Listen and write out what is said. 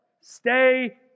Stay